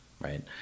Right